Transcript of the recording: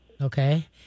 Okay